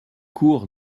cour